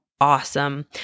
awesome